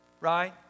right